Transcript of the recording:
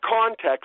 context